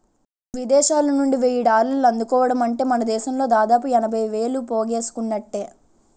విదేశాలనుండి వెయ్యి డాలర్లు అందుకోవడమంటే మనదేశంలో దాదాపు ఎనభై వేలు పోగేసుకున్నట్టే